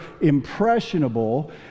impressionable